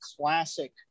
classic